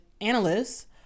analysts